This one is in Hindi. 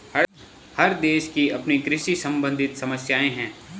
हर देश की अपनी कृषि सम्बंधित समस्याएं हैं